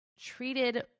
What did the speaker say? treated